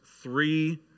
three